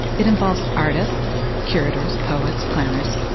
it involves artists, curators, poets, planners,